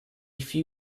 few